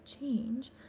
change